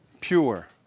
Pure